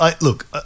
look